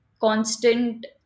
constant